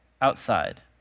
outside